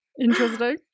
Interesting